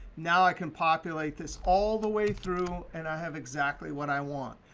now i can populate this all the way through and i have exactly what i want.